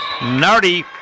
Nardi